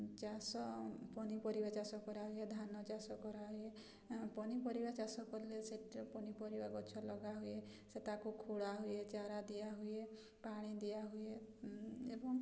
ଚାଷ ପନିପରିବା ଚାଷ କରାହୁଏ ଧାନ ଚାଷ କରାହୁଏ ପନିପରିବା ଚାଷ କଲେ ପନିପରିବା ଗଛ ଲଗାହୁଏ ସେ ତାକୁ ଖୋଳା ହୁଏ ଚାରା ଦିଆହୁଏ ପାଣି ଦିଆହୁଏ ଏବଂ